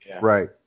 Right